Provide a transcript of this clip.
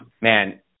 man